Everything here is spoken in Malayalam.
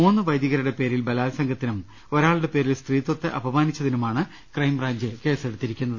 മൂന്നു വൈദികരുടെ പേരിൽ ബലാത്സംഗത്തിനും ഒരാളുടെ പേരിൽ സ്ത്രീത്വത്തെ അപമാനിച്ച തിനുമാണ് ക്രൈംബ്രാഞ്ച് കേസെടുത്തിരിക്കുന്നത്